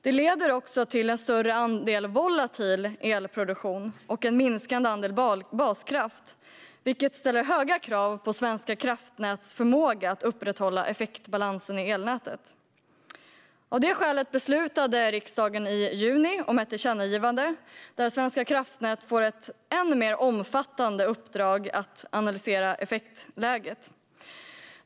Den leder också till en större andel volatil elproduktion och en minskande andel baskraft, vilket ställer höga krav på Svenska kraftnäts förmåga att upprätthålla effektbalansen i elnätet. Av det skälet beslutade riksdagen i juni om ett tillkännagivande där Svenska kraftnät får ett än mer omfattande uppdrag att analysera effektläget.